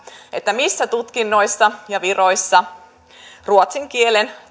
missä tutkinnoissa ja viroissa ruotsin kielen